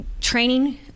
training